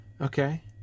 okay